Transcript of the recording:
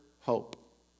hope